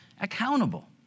accountable